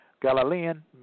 Galilean